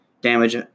damage